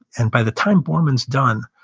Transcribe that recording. and by the time borman's done,